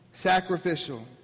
Sacrificial